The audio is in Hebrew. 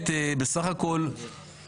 זה סעיף 98 הכי רך שיכול להיות מיכאל.